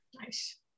Nice